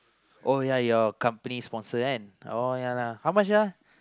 oh yeah your company sponsor uh oh yeah lah how much ah